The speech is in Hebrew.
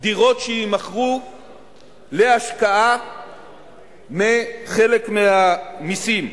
דירות שיימכרו להשקעה מחלק מהמסים.